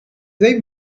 dave